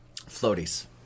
floaties